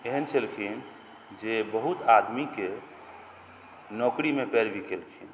एहेन छलखिन जे बहुत आदमीके नौकरीमे पैरवी केलखिन